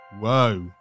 whoa